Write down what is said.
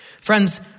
Friends